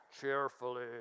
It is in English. Cheerfully